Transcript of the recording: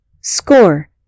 Score